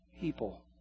people